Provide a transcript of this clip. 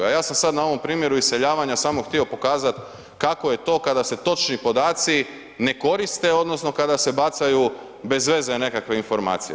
A ja sam sad na ovom primjeru iseljavanja samo htio pokazati kako je to kada se točni podaci ne koriste odnosno kada se bacaju bez veze nekakve informacije.